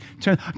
turn